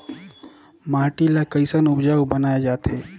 माटी ला कैसन उपजाऊ बनाय जाथे?